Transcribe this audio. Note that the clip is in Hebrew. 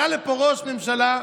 עלה לפה ראש ממשלה,